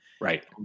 right